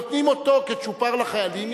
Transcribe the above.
שנותנים אותו כצ'ופר לחיילים.